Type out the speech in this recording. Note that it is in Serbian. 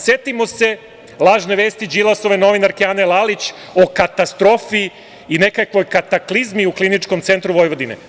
Setimo se lažne vesti Đilasove novinarke Ane Lalić, o katastrofi i nekakvoj kataklizmi u Kliničkom centru Vojvodine.